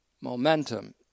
momentum